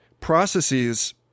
processes